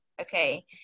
okay